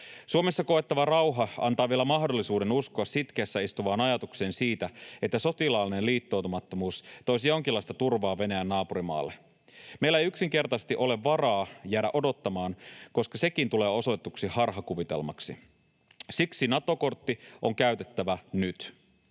Suomessa koettava rauha antaa vielä mahdollisuuden uskoa sitkeässä istuvaan ajatuksen siitä, että sotilaallinen liittoutumattomuus toisi jonkinlaista turvaa Venäjän naapurimaalle. Meillä ei yksinkertaisesti ole varaa jäädä odottamaan, koska sekin tulee osoitetuksi harhakuvitelmaksi. Siksi Nato-kortti on käytettävä nyt.